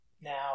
now